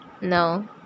No